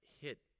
hit